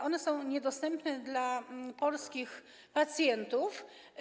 One są niedostępne dla polskich pacjentów.